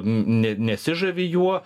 n ne nesižavi juo